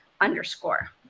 underscore